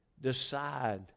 decide